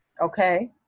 okay